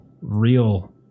real